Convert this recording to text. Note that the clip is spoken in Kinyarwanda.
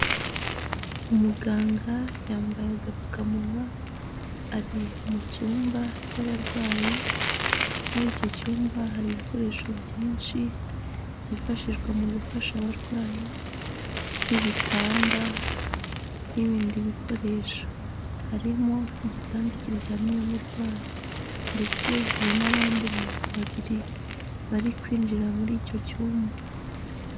Umuganga yambaye agapfukamunwa ari mu cyumba cy'abarwayi, muri icyo cyumba hari ibikoresho byinshi byifashishwa mu gufasha abarwayi nk'ibitanda n'ibindi bikoresho harimo igitanda kiryamyeho umurwayi ndetse hari n'abandi bantu babiri bari kwinjira muri icyo cyumba.